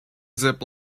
zip